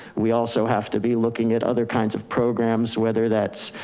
we also have to be looking at other kinds of programs, whether that's